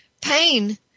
Pain